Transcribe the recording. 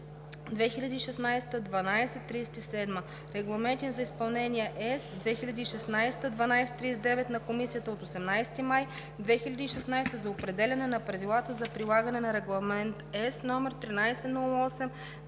Регламент за изпълнение